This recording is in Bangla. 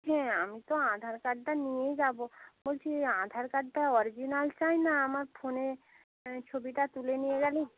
হ্যাঁ আমি তো আধার কার্ডটা নিয়েই যাবো বলছি আধার কার্ডটা অরিজিনাল চাই না আমার ফোনে মানে ছবিটা তুলে নিয়ে গেলেই